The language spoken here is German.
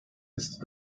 ist